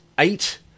Eight